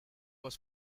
was